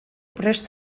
prest